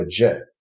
legit